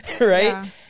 Right